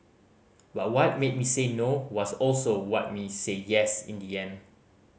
but what made me say No was also what made me say Yes in the end